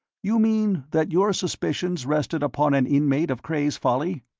you mean that your suspicions rested upon an inmate of cray's folly?